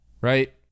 right